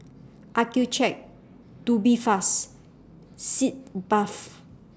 Accucheck Tubifast Sitz Bath